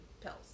pills